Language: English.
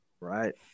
Right